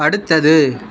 அடுத்தது